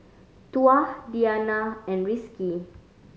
Tuah Diyana and Rizqi